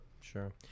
sure